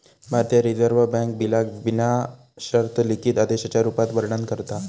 भारतीय reserve bank बिलाक विना शर्त लिखित आदेशाच्या रुपात वर्णन करता